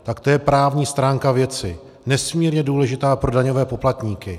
To je právní stránka věci, nesmírně důležitá pro daňové poplatníky.